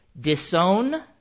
disown